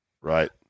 Right